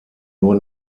nur